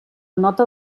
nota